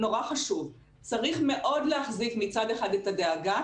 נורא חשוב, צריך מאוד להחזיק מצד אחד את הדאגה